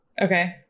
okay